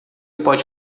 pode